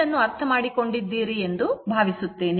ಇದನ್ನು ಅರ್ಥಕೊಂಡಿದ್ದೀರಿ ಎಂದು ಭಾವಿಸುತ್ತೇನೆ